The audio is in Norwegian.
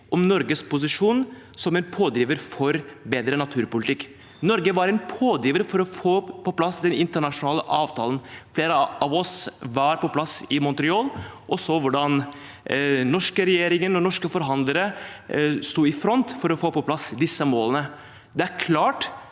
om Norges posisjon som en pådriver for bedre naturpolitikk. Norge var en pådriver for å få på plass den internasjonale avtalen. Flere av oss var på plass i Montreal og så hvordan den norske regjeringen og norske forhandlere sto i front for å få på plass disse målene. Det er klart